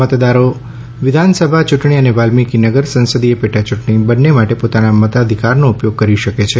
મતદારો વિધાનસભા ચૂંટણી અને વાલ્મીકીનગર સંસદીય પેટાચૂંટણી બંને માટે પોતાના મતાધિકારનો ઉપયોગ કરી શકે છે